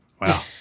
wow